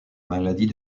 maladie